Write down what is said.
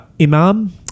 Imam